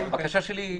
הבקשה שלי אחרת.